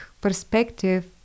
perspective